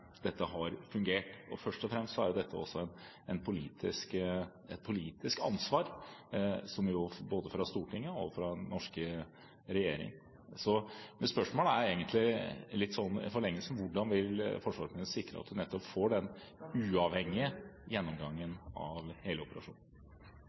dette har fungert. Først og fremst er dette også et politisk ansvar både for storting og for den norske regjering. Spørsmålet er egentlig, litt i forlengelsen: Hvordan vil forsvarsministeren sikre at vi nettopp får denne uavhengige gjennomgangen